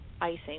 icing